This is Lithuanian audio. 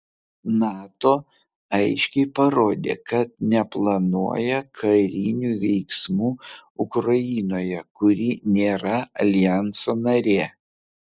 nato aiškiai parodė kad neplanuoja karinių veiksmų ukrainoje kuri nėra aljanso narė